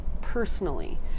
personally